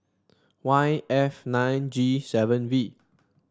Y F nine G seven V